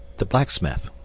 the blacksmith